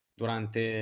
durante